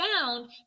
found